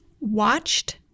Watched